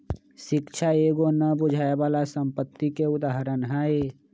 शिक्षा एगो न बुझाय बला संपत्ति के उदाहरण हई